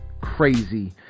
crazy